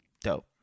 Dope